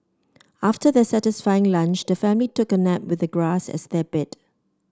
after their satisfying lunch the family took a nap with the grass as their bed